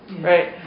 right